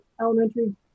elementary